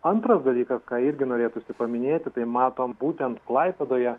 antras dalykas ką irgi norėtųsi paminėti tai matom būtent klaipėdoje